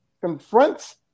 confronts